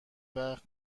وقت